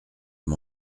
mon